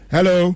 Hello